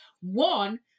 One